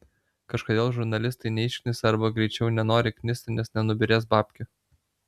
kažkodėl žurnalistai neišknisa arba greičiau nenori knisti nes nenubyrės babkių